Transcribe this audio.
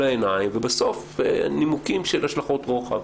העיניים ובסוף נימוקים של השלכות רוחב.